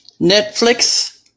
Netflix